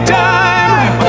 time